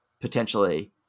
potentially